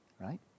right